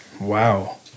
Wow